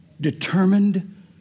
determined